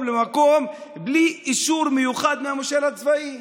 למקום בלי אישור מיוחד מהמושל הצבאי,